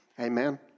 Amen